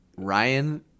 Ryan